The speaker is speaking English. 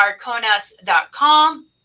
arconas.com